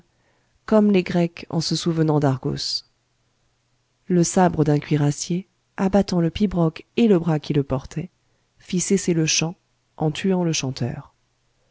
comme les grecs en se souvenant d'argos le sabre d'un cuirassier abattant le pibroch et le bras qui le portait fit cesser le chant en tuant le chanteur